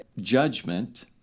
judgment